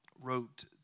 wrote